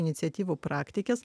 iniciatyvų praktikės